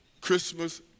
Christmas